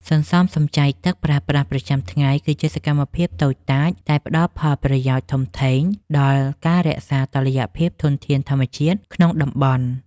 សន្សំសំចៃទឹកប្រើប្រាស់ប្រចាំថ្ងៃគឺជាសកម្មភាពតូចតាចតែផ្ដល់ផលប្រយោជន៍ធំធេងដល់ការរក្សាតុល្យភាពធនធានធម្មជាតិក្នុងតំបន់។